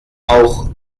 auch